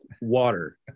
water